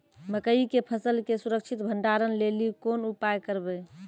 मकई के फसल के सुरक्षित भंडारण लेली कोंन उपाय करबै?